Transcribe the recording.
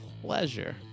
pleasure